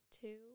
two